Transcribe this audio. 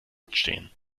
entstehen